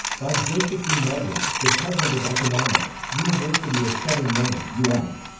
by joseph e. medley, department of economics, university of southern maine us.